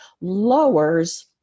lowers